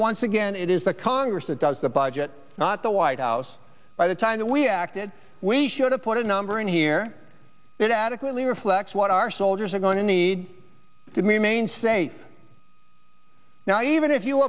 once again it is the congress that does the budget not the white house by the time we acted we should have put a number in here that adequately reflects what our soldiers are going to need to mainstays now even if you